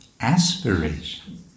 Aspiration